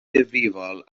ddifrifol